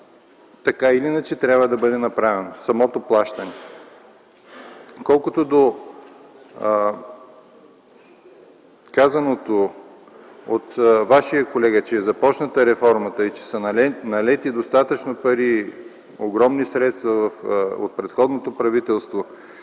така или иначе, трябва да бъде направено. Колкото до казаното от Вашия колега – че е започната реформата и че са налети достатъчно пари, огромни средства от предходното правителство